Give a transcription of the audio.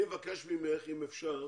אני מבקש ממך, אם אפשר,